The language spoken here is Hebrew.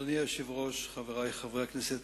אדוני היושב-ראש, חברי חברי הכנסת,